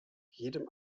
jedem